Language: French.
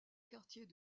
quartiers